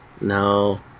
no